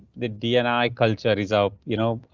the dni culture is out, you know,